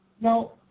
no